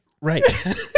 Right